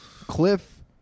Cliff